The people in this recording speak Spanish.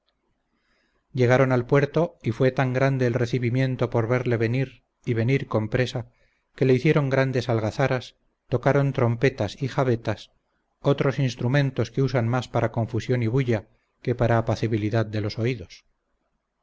llegaron al puerto y fue tan grande el recibimiento por verle venir y venir con presa que le hicieron grandes algazaras tocaron trompetas y jabebas otros instrumentos que usan más para confusión y bulla que para apacibilidad de los oídos